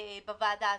בוועדה הזאת.